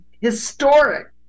historic